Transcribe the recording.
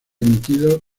emitidas